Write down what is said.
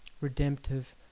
Redemptive